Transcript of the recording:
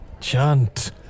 Chant